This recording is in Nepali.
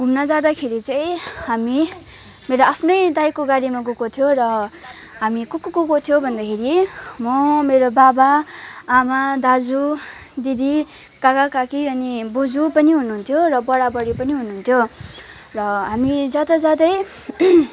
घुम्न जाँदाखेरि चाहिँ हामी मेरो आफ्नै दाइको गाडीमा गएको थियो र हामी को को गएको थियो भन्दाखेरि म मेरो बाबाआमा दाजुदिदी काकाकाकी अनि बोजु पनि हुनुहुन्थ्यो र बडाबडी पनि हुनुहुन्थ्यो र हामी जँदाजाँदै